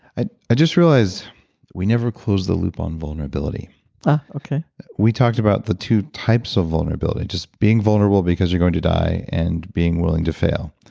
i i just realized we never closed the loop on vulnerability okay we talked about the two types of vulnerability just being vulnerable because you're going to die and being willing to fail.